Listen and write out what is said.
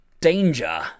Danger